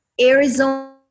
Arizona